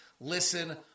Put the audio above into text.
listen